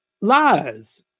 lies